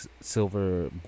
silver